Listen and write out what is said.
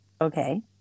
Okay